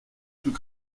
tout